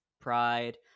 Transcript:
Pride